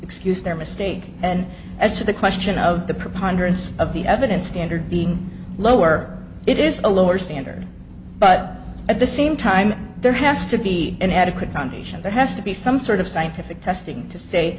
excuse their mistake and as to the question of the preponderance of the evidence standard being lower it is a lower standard but at the same time there has to be an adequate foundation that has to be some sort of scientific testing to